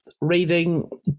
reading